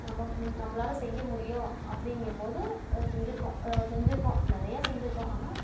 நம்ம நம்மளால செய்ய முடியும் அப்படிங்கிம்போது செஞ்சுருக்கோம் செஞ்சுருக்கோம் நிறையா செஞ்சுருக்கோம் ஆனால்